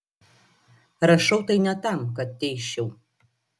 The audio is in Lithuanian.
rašau tai ne tam kad teisčiau